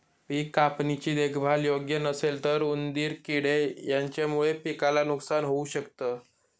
पिक कापणी ची देखभाल योग्य नसेल तर उंदीर किडे यांच्यामुळे पिकाला नुकसान होऊ शकत